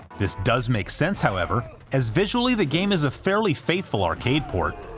this does make sense however, as visually the game is a fairly faithful arcade port,